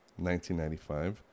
1995